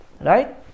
right